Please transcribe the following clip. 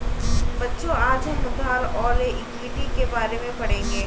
बच्चों आज हम उधार और इक्विटी के बारे में पढ़ेंगे